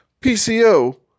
PCO